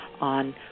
on